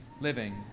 living